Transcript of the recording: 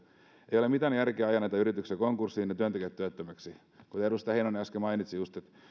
ole mitään järkeä ajaa näitä yrityksiä konkurssiin ja työntekijöitä työttömiksi kuten edustaja heinonen äsken mainitsi